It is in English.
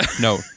No